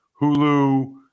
Hulu